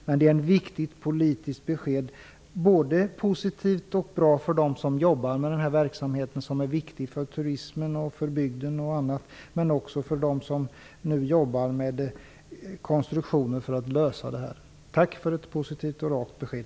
Det är ändå ett viktigt politiskt besked, som är positivt både för dem som jobbar med den här verksamheten, som i sig är viktig för turismen och bygden, och för dem som nu jobbar med att ta fram konstruktionen för att lösa det här problemet. Tack för ett positivt och rakt besked!